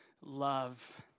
love